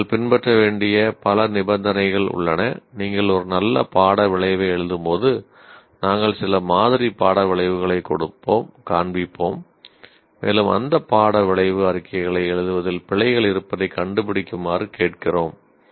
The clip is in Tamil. நீங்கள் பின்பற்ற வேண்டிய பல நிபந்தனைகள் உள்ளன நீங்கள் ஒரு நல்ல பாட விளைவை எழுதும்போது நாங்கள் சில மாதிரி பாட விளைவுகளைக் காண்பிப்போம் மேலும் அந்த பாட விளைவு அறிக்கைகளை எழுதுவதில் பிழைகள் இருப்பதைக் கண்டுபிடிக்குமாறு கேட்கிறோம்